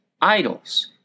idols